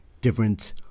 different